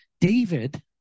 David